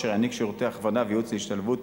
אשר יעניק שירותי הכוונה וייעוץ להשתלבות